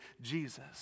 Jesus